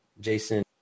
jason